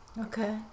Okay